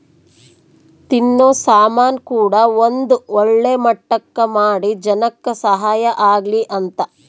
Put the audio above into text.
ತಿನ್ನೋ ಸಾಮನ್ ಕೂಡ ಒಂದ್ ಒಳ್ಳೆ ಮಟ್ಟಕ್ ಮಾಡಿ ಜನಕ್ ಸಹಾಯ ಆಗ್ಲಿ ಅಂತ